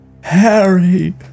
Harry